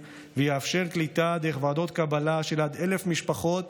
ויאפשר קליטה דרך ועדות קבלה של עד 1,000 משפחות,